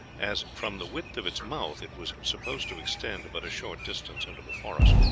as from the width of its mouth it was supposed to extend but a short distance into the forest.